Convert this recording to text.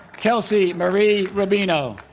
kelsie marie rubino